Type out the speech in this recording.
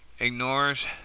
ignores